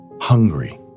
Hungry